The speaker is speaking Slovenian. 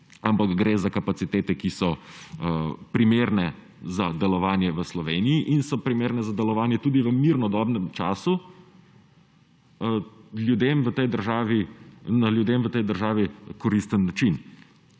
ampak gre za kapacitete, ki so primerne za delovanje v Sloveniji in so primerne za delovanje tudi v mirnodobnem času, na ljudem v tej državi koristen način.